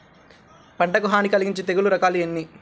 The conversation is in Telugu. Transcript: పంటకు హాని కలిగించే తెగుళ్ళ రకాలు ఎన్ని?